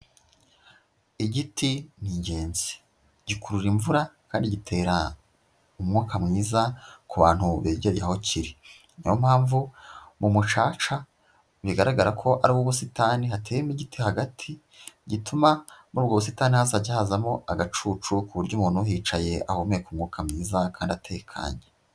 Igiti ni ingenzi, gikurura imvura kandi gitera umwuka mwiza ku bantu begereye aho kiri, ni yo mpamvu mu mucaca bigaragara ko ari uw'ubusitani hateyemo igiti hagati, gituma muri ubwo busitani hazajya hazamo agacucu ku buryo umuntu yicaye ahumeka umwuka mwiza kandi atekanye.